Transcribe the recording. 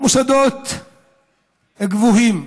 במוסדות גבוהים?